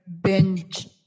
binge